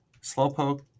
Slowpoke